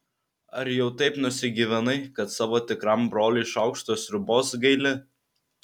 ar jau taip nusigyvenai kad savo tikram broliui šaukšto sriubos gaili